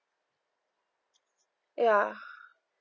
ya